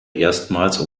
erstmals